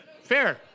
Fair